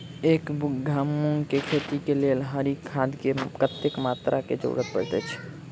एक बीघा मूंग केँ खेती केँ लेल हरी खाद केँ कत्ते मात्रा केँ जरूरत पड़तै अछि?